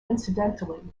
incidentally